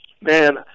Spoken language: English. man